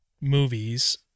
movies